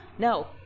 No